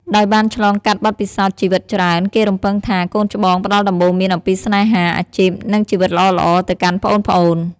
ដោយបានឆ្លងកាត់បទពិសោធន៍ជីវិតច្រើន គេរំពឹងថា កូនច្បងផ្តល់ដំបូន្មានអំពីស្នេហា អាជីព និងជីវិតល្អៗទៅកាន់ប្អូនៗ។